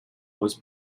was